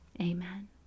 amen